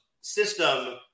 system